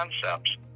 concepts